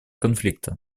конфликта